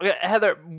Heather